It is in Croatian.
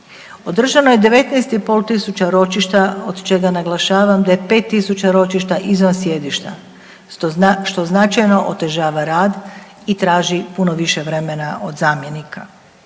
Održano je 19 i pol tisuća ročišta, od čega naglašavam da je 5 tisuća ročišta izvan sjedišta, što značajno otežava rad i traži puno više vremena od zamjenika.